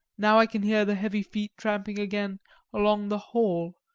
now i can hear the heavy feet tramping again along the hall,